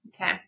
Okay